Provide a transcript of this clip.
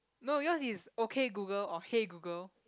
no yours is okay Google or hey Google